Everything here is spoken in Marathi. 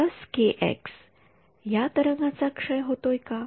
या तरंगाचा क्षय होतोय का